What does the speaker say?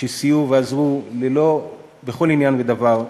שסייעו ועזרו בכל עניין ודבר,